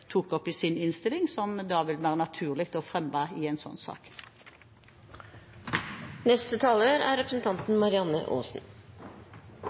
tok opp i sin innstilling, som det da vil være naturlig å fremme i en sånn